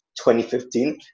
2015